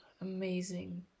amazing